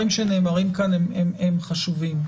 שנאמרים כאן הם חשובים.